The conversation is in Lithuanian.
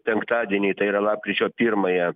penktadienį tai yra lapkričio pirmąją